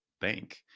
bank